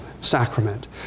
sacrament